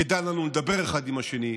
כדאי לנו לדבר אחד עם השני.